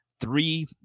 three